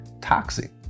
toxic